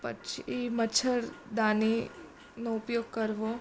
પછી મચ્છરદાનીનો ઉપયોગ કરવો